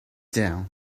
down